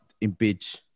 impeach